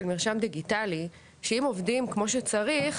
של מרשם דיגיטלי אם עובדים כמו שצריך,